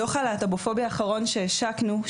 בדו"ח הלהט"בופוביה האחרון שהפקנו,